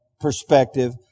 perspective